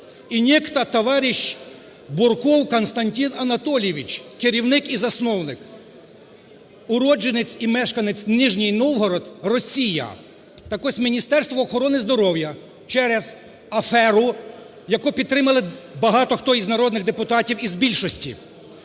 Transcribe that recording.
и некто товариш Бурков Константин Анатольевич, керівник і засновник, уродженець і мешканець Нижній Новгород, Росія. Так ось, Міністерство охорони здоров'я через аферу, яку підтримали багато хто із народних депутатів із більшості,